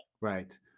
Right